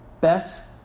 best